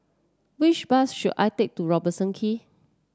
which bus should I take to Robertson Quay